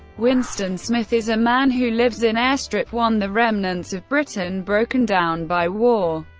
winston smith is a man who lives in airstrip one, the remnants of britain broken down by war,